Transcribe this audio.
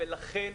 ולכן,